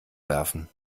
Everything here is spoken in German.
werfen